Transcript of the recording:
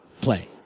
play